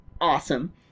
awesome